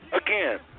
Again